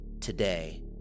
Today